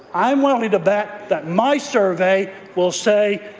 i'm willing to bet that my survey will say,